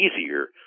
easier